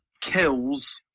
kills